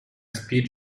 спит